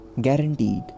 guaranteed